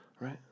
right